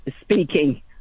speaking